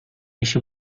işi